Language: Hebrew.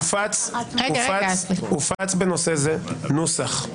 הופץ בנושא הזה נוסח.